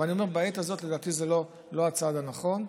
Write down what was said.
אבל אני אומר שבעת הזאת לדעתי זה לא הצעד הנכון.